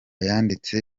yanditse